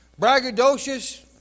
braggadocious